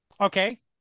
Okay